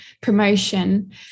promotion